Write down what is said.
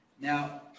Now